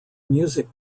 music